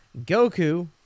Goku